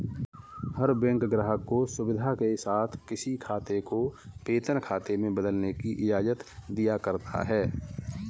हर bank ग्राहक को सुविधा के साथ किसी खाते को वेतन खाते में बदलने की इजाजत दिया करता है